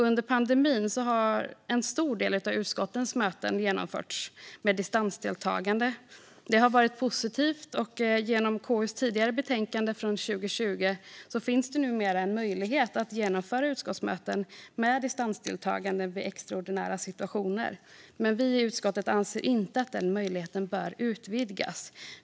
Under pandemin har en stor del av utskottens möten genomförts med distansdeltagande. Det har varit positivt, och genom KU:s tidigare betänkande från 2020 finns numera en möjlighet att genomföra utskottsmöten med distansdeltagande vid extraordinära situationer. Men vi i utskottet anser inte att den möjligheten bör utvidgas.